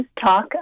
talk